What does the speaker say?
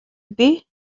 ydy